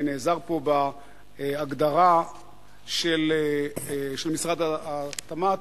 אני נעזר פה בהגדרה של משרד התמ"ת,